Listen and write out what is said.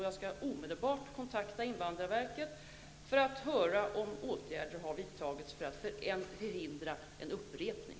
Jag skall omedelbart kontakta invandrarverket för att höra om åtgärder vidtagits för att förhindra en upprepning.